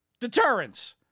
deterrence